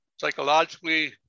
Psychologically